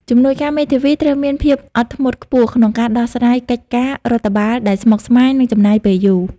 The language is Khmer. ជំនួយការមេធាវីត្រូវមានភាពអត់ធ្មត់ខ្ពស់ក្នុងការដោះស្រាយកិច្ចការរដ្ឋបាលដែលស្មុគស្មាញ និងចំណាយពេលយូរ។